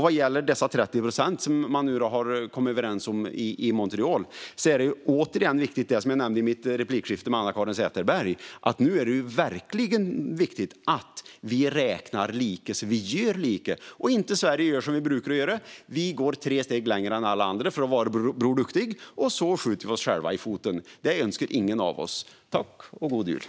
Vad gäller de 30 procent som man nu har kommit överens om i Montreal vill jag påminna om det som jag nämnde i mitt replikskifte med Anna-Caren Sätherberg. Nu är det verkligen viktigt att vi räknar lika och gör lika. Vi i Sverige ska inte göra som vi brukar göra och gå tre steg längre än alla andra för att vara Bror Duktig. Då skjuter vi oss själva i foten. Det önskar ingen av oss. Tack och god jul!